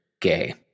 gay